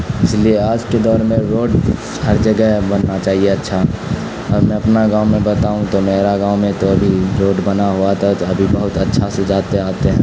اس لیے آج کے دور میں روڈ ہر جگہ بننا چاہیے اچھا اور میں اپنا گاؤں میں بتاؤں تو میرا گاؤں میں تو ابھی روڈ بنا ہوا تھا ابھی بہت اچھا سے جاتے آتے ہیں